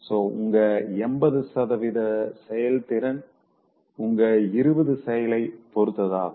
so உங்க 80 செயல்திறன் உங்க 20 செயலைப் பொருத்ததாகும்